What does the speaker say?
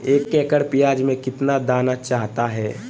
एक एकड़ प्याज में कितना दाना चाहता है?